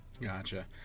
Gotcha